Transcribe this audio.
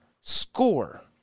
score